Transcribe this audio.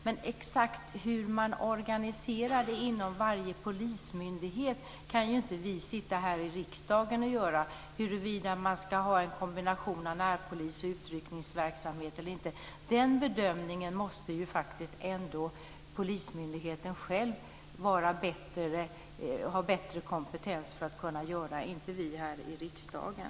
Men exakt hur man organiserar detta inom varje polismyndighet kan ju inte vi sitta här i riksdagen och avgöra. Bedömningen huruvida man ska ha en kombination av närpolis och utryckningsverksamhet eller inte måste faktiskt polismyndigheten själv ha bättre kompetens att göra än vi har här i riksdagen.